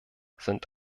sind